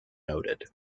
noted